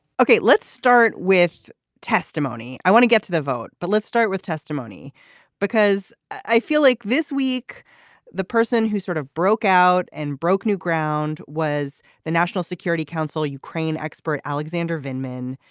okay let's start with testimony. i want to get to the vote but let's start with testimony because i feel like this week the person who sort of broke out and broke new ground was the national security council ukraine expert alexander van min.